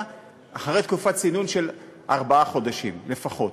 אחרי תקופת צינון של ארבעה חודשים לפחות.